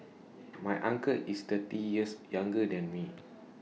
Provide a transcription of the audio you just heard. my uncle is thirty years younger than me